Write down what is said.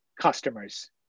customers